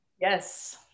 Yes